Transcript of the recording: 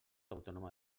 autònoma